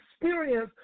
experience